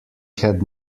had